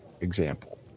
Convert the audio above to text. example